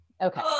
okay